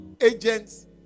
agents